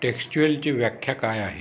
टेक्सच्युअलची व्याख्या काय आहे